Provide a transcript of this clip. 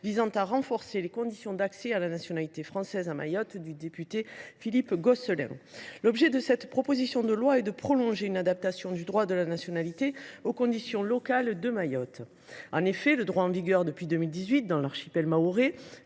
visant à renforcer les conditions d’accès à la nationalité française à Mayotte du député Philippe Gosselin. Ce texte a pour objet de prolonger une adaptation du droit de la nationalité aux conditions locales de Mayotte. En effet, le droit en vigueur depuis 2018 dans l’archipel mahorais